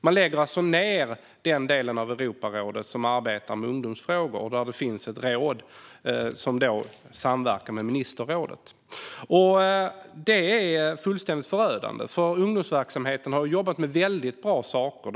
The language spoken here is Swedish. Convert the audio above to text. Man lägger alltså ned den del av Europarådet som arbetar med ungdomsfrågor och där det finns ett råd som samverkar med ministerrådet. Det är fullständigt förödande, för ungdomsverksamheten har jobbat med väldigt bra saker.